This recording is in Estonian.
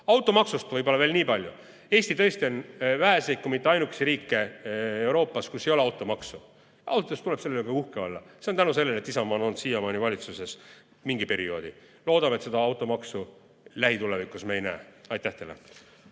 võib-olla veel niipalju. Eesti tõesti on väheseid, kui mitte ainukesi riike Euroopas, kus ei ole automaksu. Ausalt öeldes tuleb selle üle uhke olla. See on tänu sellele, et Isamaa on olnud siiamaani valitsuses mingi perioodi. Loodame, et seda automaksu lähitulevikus me ei näe. Aitäh teile!